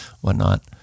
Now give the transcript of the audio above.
whatnot